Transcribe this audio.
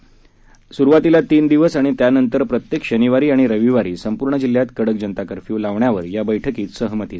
प्रथम तीन दिवस आणि त्यानंतर प्रत्येक शनिवारी आणि रविवारी संपूर्ण जिल्ह्यात कडक जनता कर्फ्यू लावण्यावर या बस्कीत सहमती झाली